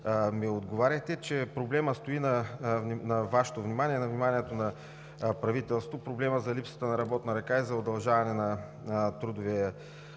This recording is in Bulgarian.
ми отговорихте, че проблемът стои на Вашето внимание, на вниманието на правителството – проблемът за липсата на работна ръка и за удължаване на трудовия